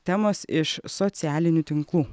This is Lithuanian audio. temos iš socialinių tinklų